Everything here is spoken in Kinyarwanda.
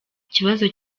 ikibazo